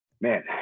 man